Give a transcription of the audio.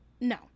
No